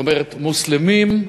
מוסלמים,